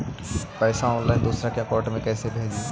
पैसा ऑनलाइन दूसरा के अकाउंट में कैसे भेजी?